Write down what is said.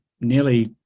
nearly